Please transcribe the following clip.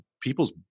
people's